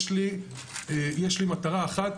יש לי מטרה אחת